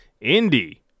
Indy